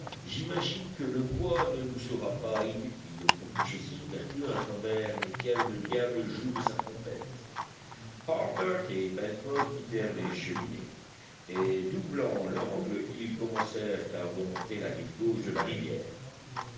j'imagine que le bois ne nous sera pas inutile pour boucher ces ouvertures à travers lesquelles le diable joue de sa trompette harbert et pencroff quittèrent les cheminées et doublant l'angle ils commencèrent à remonter la rive gauche de la rivière